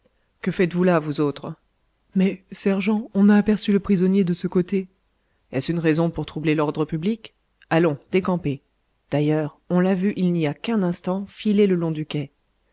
que faites-vous là vous autres mais sergent on a aperçu le prisonnier de ce côté est-ce une raison pour troubler l'ordre public allons décampez d'ailleurs on l'a vu il n'y a qu'un instant filer le long du quai